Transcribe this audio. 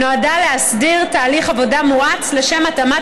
שנועדה להסדיר תהליך עבודה מואץ לשם התאמת